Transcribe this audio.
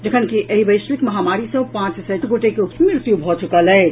जखनकि एहि वैश्विक महामारी सँ पांच सय गोटे के मृत्यु भऽ चुकल अछि